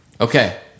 Okay